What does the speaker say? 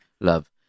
love